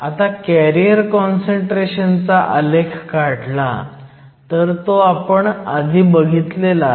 आता carrier concentration चा आलेख काढला तर तो आपण आधी बघितलेला आहे